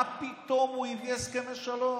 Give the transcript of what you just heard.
מה פתאום הוא הביא הסכמי שלום?